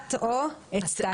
סולפט או אצטט,